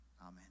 Amen